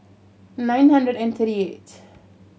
nine hundred and thirty eight